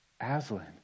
Aslan